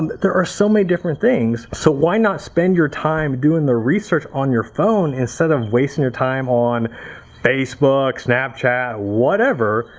there are so many different things. so why not spend your time doing the research on your phone instead of wasting your time on facebook, snapchat, whatever,